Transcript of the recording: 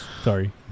Sorry